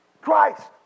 Christ